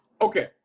okay